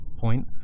point